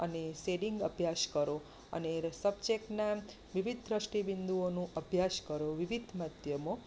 અને શેડિંગ અભ્યાસ કરો અને સબ્જેકટના વિવિધ દ્રષ્ટિ બિંદુઓનું અભ્યાસ કરો વિવિધ માધ્યમો